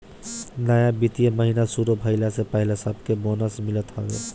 नया वित्तीय महिना शुरू भईला से पहिले सबके बोनस मिलत हवे